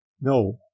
no